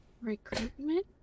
Recruitment